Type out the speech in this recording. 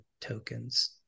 tokens